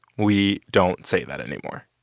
we don't say that anymore